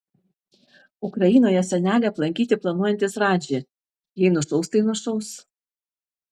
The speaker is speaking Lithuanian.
ukrainoje senelį aplankyti planuojantis radži jei nušaus tai nušaus